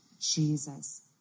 Jesus